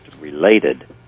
related